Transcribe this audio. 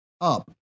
up